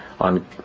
on